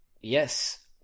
Yes